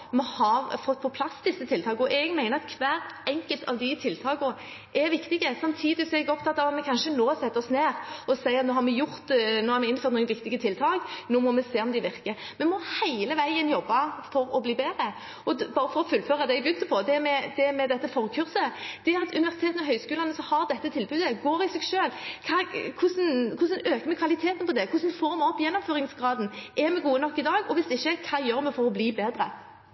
vi har fått på plass disse tiltakene. Jeg mener at hvert enkelt av disse tiltakene er viktig. Samtidig er jeg opptatt av at vi nå kanskje setter oss ned og sier at nå har vi innført noen nye viktige tiltak, nå må vi se om de virker. Vi må hele veien jobbe for å bli bedre. Og bare for å fullføre det jeg begynte på, det med dette forkurset: Universitetene og høyskolene som har dette tilbudet, går i seg selv: Hvordan øker vi kvaliteten på det? Hvordan får vi opp gjennomføringsgraden? Er vi gode nok i dag? Og hvis ikke, hva gjør vi for å bli bedre?